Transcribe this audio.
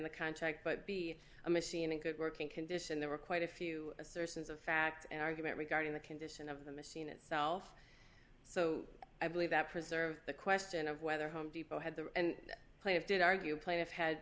the contract but be a machine in good working condition there were quite a few assertions of fact and argument regarding the condition of the machine itself so i believe that preserved the question of whether home depot had the and play of did argue plaintiff had